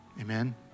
Amen